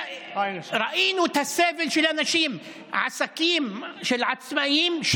ראינו את הסבל של האנשים, של עסקים שקרסו.